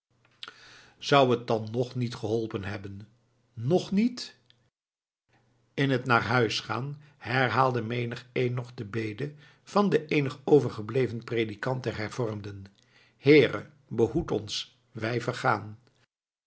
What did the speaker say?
zou het dan ng niet geholpen hebben ng niet in het naar huis gaan herhaalde menigeen nog de bede van den eenig overgebleven predikant der hervormden heere behoed ons wij vergaan